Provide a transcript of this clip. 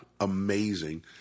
amazing